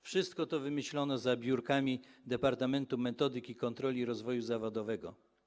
Wszystko to wymyślono za biurkami Departamentu Metodyki Kontroli i Rozwoju Zawodowego.